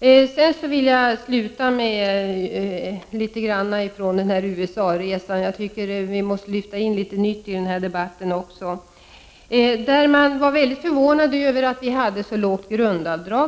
Jag vill sluta med att berätta litet från USA-resan, för jag tycker att vi måste lyfta in litet nytt i den här debatten också. Man var väldigt förvånad över att vi har ett så lågt grundavdrag.